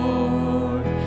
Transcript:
Lord